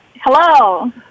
hello